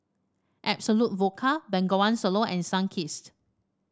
Absolut Vodka Bengawan Solo and Sunkist